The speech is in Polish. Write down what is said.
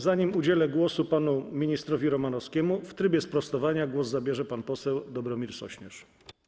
Zanim udzielę głosu panu ministrowi Romanowskiemu, w trybie sprostowania głos zabierze pan poseł Dobromir Sośnierz.